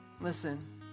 Listen